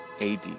AD